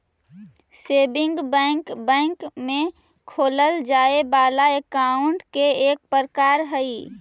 saving bank bank में खोलल जाए वाला अकाउंट के एक प्रकार हइ